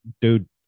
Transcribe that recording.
dude